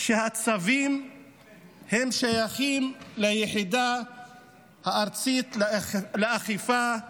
שהצווים שייכים ליחידה הארצית לאכיפה,